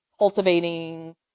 cultivating